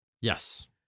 Yes